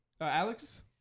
Alex